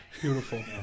Beautiful